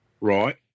Right